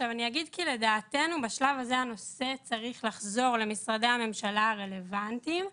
לדעתנו בשלב הזה הנושא צריך לחזור למשרדי הממשלה הרלוונטיים,